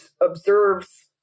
observes